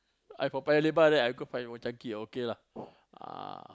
I from Paya Labar there I go find Old Chang Kee okay lah